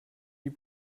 die